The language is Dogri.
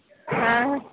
ऐं